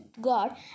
God